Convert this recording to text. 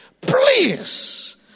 Please